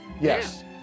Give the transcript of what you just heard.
yes